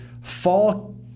fall